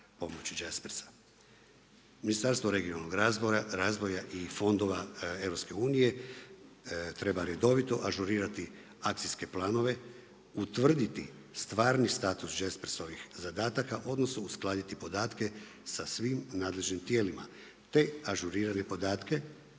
pomoći Jaspersa. Ministarstvo regionalnog razvoja i fondova EU treba redovito ažurirati akcijske planove, utvrditi stvarni status Jaspersovih zadataka, odnosno uskladiti podatke sa svim nadležnim tijelima, te ažurirane podatke